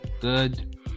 good